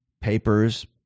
papers